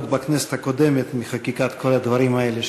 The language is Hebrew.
בכנסת הקודמת מחקיקת כל הדברים האלה,